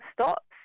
stops